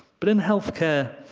but in health care,